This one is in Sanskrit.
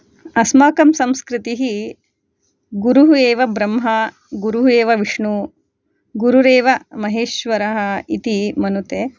अस्माकं संस्कृतिः गुरुः एव ब्रह्मा गुरुः एव विष्णुः गुरुरेव महेश्वरः इति मनुते